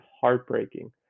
heartbreaking